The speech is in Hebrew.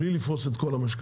בלי לפרוס את כל המשכנתה.